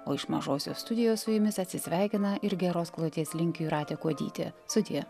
o iš mažosios studijos su jumis atsisveikina ir geros kloties linki jūratė kuodytė sudie